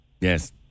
yes